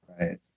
Right